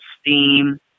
steam